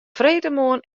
freedtemoarn